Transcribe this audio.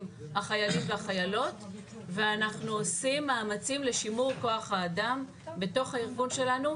החיילים והחיילות ואנחנו עושים מאמצים לשימור כוח האדם בתוך הארגון שלנו,